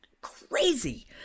crazy